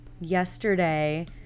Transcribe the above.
yesterday